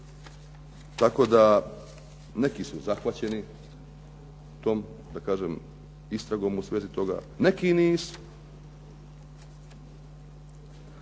tako da neki su zahvaćeni tom da kažem istragom u svezi toga, neki nisu.